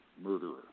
murderer